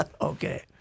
Okay